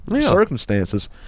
circumstances